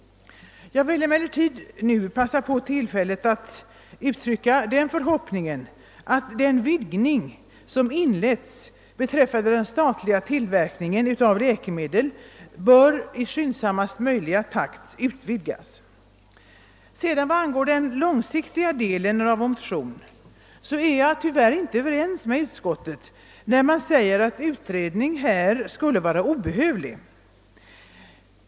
Jag vill emellertid passa på tillfället att uttrycka den förhoppningen att den utvidgning av den stat liga produktionen av läkemedel som alltså inletts måtte fortgå i skyndsammast möjliga takt. Vad sedan gäller den långsiktiga delen i vår motion är jag tyvärr inte överens med utskottet, som skriver att en utredning är obehövlig.